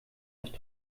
nicht